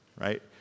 Right